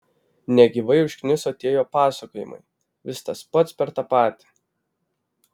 negyvai užkniso tie jo pasakojimai vis tas pats per tą patį